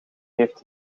heeft